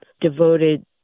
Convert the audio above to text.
devoted